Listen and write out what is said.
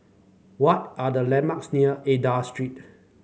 what are the landmarks near Aida Street